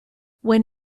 when